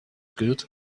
good